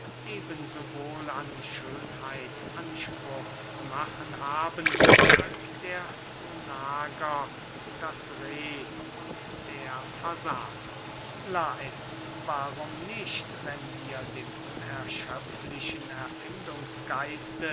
eben so wohl an schönheit anspruch zu machen haben als der onager das reh und der fasan lais warum nicht wenn wir dem unerschöpflichen erfindungsgeist